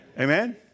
Amen